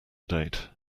date